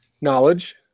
knowledge